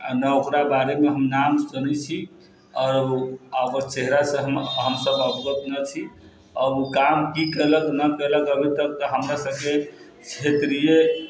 आ न ओकरा बारेमे हम नाम जनै छी आओर चेहरासँ हम सभ अवगत न छी आओर ओ काम कि केलक न केलक अभी तक हमरा सभके क्षेत्रीय